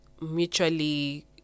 mutually